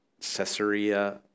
Caesarea